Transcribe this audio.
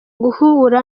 guhura